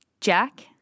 Jack